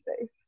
safe